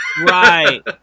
Right